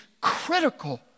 critical